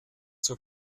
zur